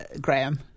Graham